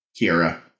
Kira